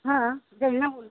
હા જમના બોલું